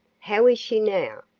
how is she now?